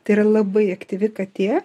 tai yra labai aktyvi katė